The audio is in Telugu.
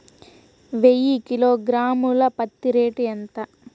వెయ్యి కిలోగ్రాము ల పత్తి రేటు ఎంత?